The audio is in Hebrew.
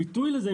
הביטוי לזה,